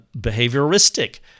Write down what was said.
Behavioristic